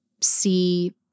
see